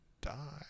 die